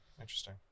Interesting